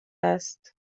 است